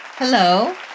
Hello